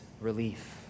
relief